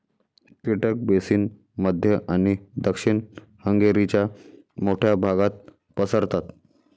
कीटक बेसिन मध्य आणि दक्षिण हंगेरीच्या मोठ्या भागात पसरतात